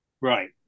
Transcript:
Right